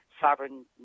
Sovereign